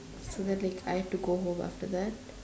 so that like I have to go home after that